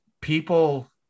people